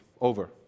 over